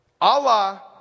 Allah